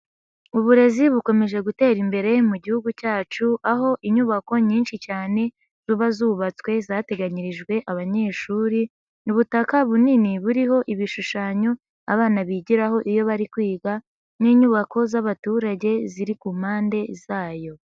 Uburezi bukomeje gutera imbere mu Gihugu cyacu aho inyubako nyinshi cyane ziba zubatswe zateganyirijwe abanyeshuri. Ni ubutaka bunini buriho ibishushanyo abana bigiraho iyo bari kwiga n'inyubako z'abaturage ziri ku mpande zayo.